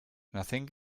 nothing